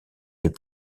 des